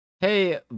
Hey